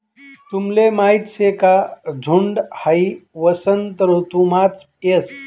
तुमले माहीत शे का झुंड हाई वसंत ऋतुमाच येस